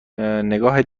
نگاه